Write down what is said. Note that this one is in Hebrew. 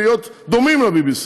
להיות דומים ל-BBC.